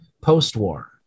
post-war